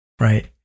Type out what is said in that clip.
Right